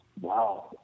wow